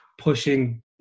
pushing